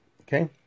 Okay